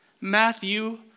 Matthew